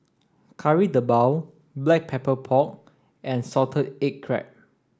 Kari Debal black pepper pork and salted egg crab